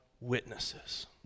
witnesses